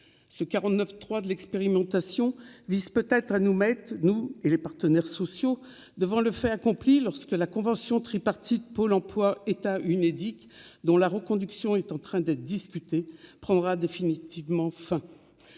ce 49 3 de l'expérimentation. Vice-peut être à nous mettent nous et les partenaires. Sociaux devant le fait accompli lorsque la convention tripartite Pôle emploi État Unédic dont la reconduction est en train de discuter prendra définitivement fin,